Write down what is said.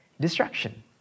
destruction